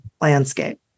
landscape